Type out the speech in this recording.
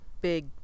big